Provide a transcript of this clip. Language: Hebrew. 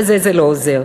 בזה זה לא עוזר.